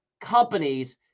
companies